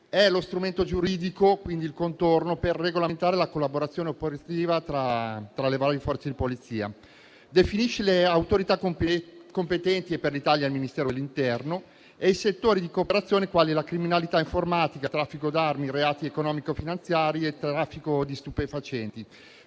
È lo strumento giuridico, quindi il contorno, per regolamentare la collaborazione operativa tra le varie forze di polizia. Esso definisce le autorità competenti per l’Italia è il Ministero dell’interno - e i settori di cooperazione, quali la criminalità informatica, il traffico d’armi, i reati economico-finanziari e il traffico di stupefacenti.